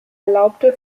erlaubte